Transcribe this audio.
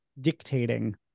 dictating